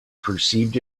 perceived